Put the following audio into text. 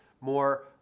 more